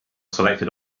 selected